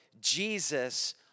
Jesus